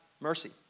mercy